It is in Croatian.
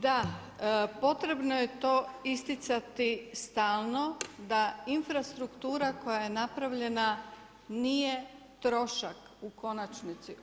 Da, potrebno je to isticati stalno da infrastruktura koja je napravljena nije trošak u konačnici.